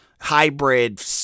hybrid